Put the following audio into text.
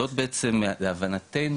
זאת בעצם להבנתנו,